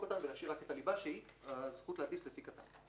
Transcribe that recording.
אותם ולהשאיר רק את הליבה שהיא הזכות להטיס לפי כט"מ.